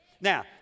Now